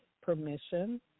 permission